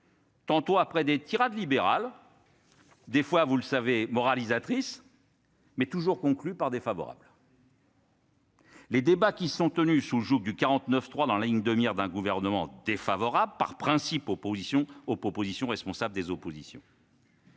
Tantôt après des tirades libéral, des fois, vous le savez, moralisatrice. Mais toujours conclu par défavorable. Les débats qui sont tenus sous le joug du 49 3 dans la ligne de mire d'un gouvernement défavorable par principe oppositions aux propositions, responsable des oppositions.